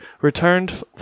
returned